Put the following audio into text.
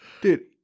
dude